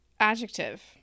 Adjective